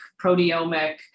proteomic